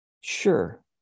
sure